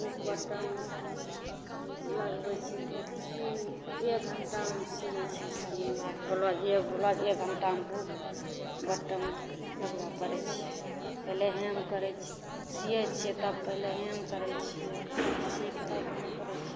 hook button लगबय छी सी एक घण्टामे हम सीयै छियै सब मिलाके ब्लाउज एगो ब्लाउज एक घण्टामे हुक बटन लगबय पड़य छै पहिले हेम करय छियै सियै छियै तब पहिले हेम करय छियै सीके तब हेम करय छियै